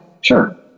sure